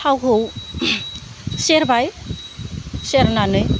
थावखौ सेरबाय सेरनानै